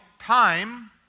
time